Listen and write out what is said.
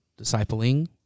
discipling